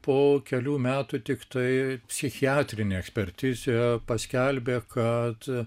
po kelių metų tiktai psichiatrinė ekspertizė paskelbė kad